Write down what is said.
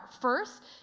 First